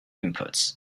inputs